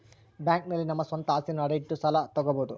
bank ನಲ್ಲಿ ನಮ್ಮ ಸ್ವಂತ ಅಸ್ತಿಯನ್ನ ಅಡ ಇಟ್ಟು ಸಾಲ ತಗೋಬೋದು